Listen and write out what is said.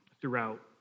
throughout